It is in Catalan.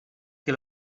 que